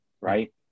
right